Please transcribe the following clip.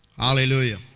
Hallelujah